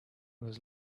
was